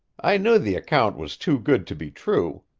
i knew the account was too good to be true.